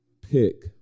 pick